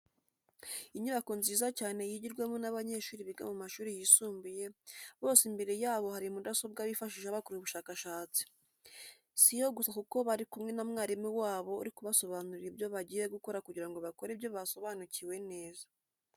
Inyubako nziza cyane yigirwamo n'abanyeshuri biga mu mashuri yisumbuye, bose imbere yabo hari mudasobwa bifashisha bakora ubushakashatsi, si yo gusa kuko bari kumwe na mwarimu wabo uri kubasobanurira ibyo bagiye gukora kugira ngo bakore ibyo basobanukiwe kandi neza.